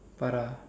Farah